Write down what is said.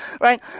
Right